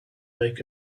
make